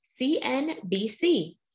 CNBC